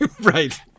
Right